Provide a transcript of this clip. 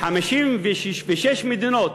56 מדינות